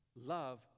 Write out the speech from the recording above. love